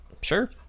Sure